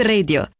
Radio